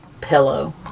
pillow